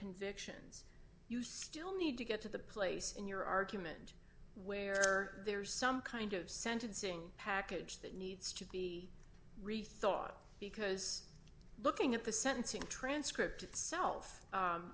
convictions you still need to get to the place in your argument where there is some kind of sentencing package that needs to be rethought because looking at the sentencing transcript itself